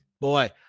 boy